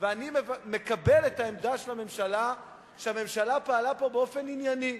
ואני מקבל את העמדה של הממשלה שהממשלה פעלה פה באופן ענייני,